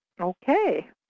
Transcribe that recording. Okay